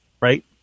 right